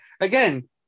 again